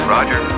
Roger